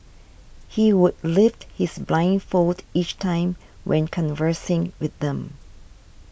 he would lift his blindfold each time when conversing with them